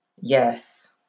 Yes